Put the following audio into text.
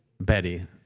Betty